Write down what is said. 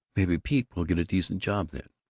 maybe pete will get a decent job, then.